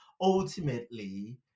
ultimately